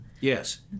Yes